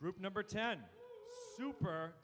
group number ten super